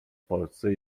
polsce